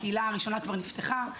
הקהילה הראשונה כבר נפתחה,